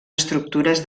estructures